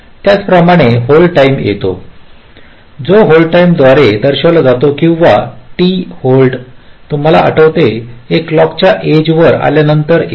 त्याचप्रमाणे hold time येतो जो टी होल्डद्वारे दर्शविला जातो किंवा t होल्ड तुम्हाला आठवते हे क्लॉक च्या एजवर आल्यानंतर येते